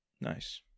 Nice